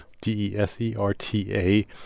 D-E-S-E-R-T-A